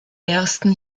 ersten